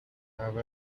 have